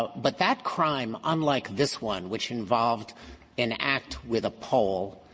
but that crime, unlike this one which involved an act with a pole,